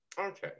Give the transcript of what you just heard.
Okay